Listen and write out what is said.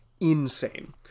insane